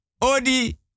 odi